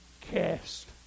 cast